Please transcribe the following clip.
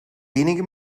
einige